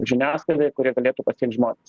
žiniasklaidai kur jie galėtų pasiekt žmones